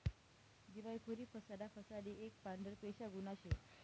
दिवायखोरी फसाडा फसाडी एक पांढरपेशा गुन्हा शे